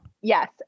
Yes